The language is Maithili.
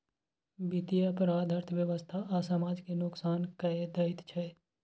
बित्तीय अपराध अर्थव्यवस्था आ समाज केँ नोकसान कए दैत छै